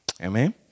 Amen